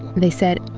they said,